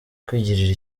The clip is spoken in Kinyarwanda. kwigirira